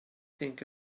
think